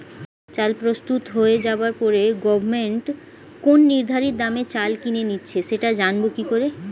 চাল প্রস্তুত হয়ে যাবার পরে গভমেন্ট কোন নির্ধারিত দামে চাল কিনে নিচ্ছে সেটা জানবো কি করে?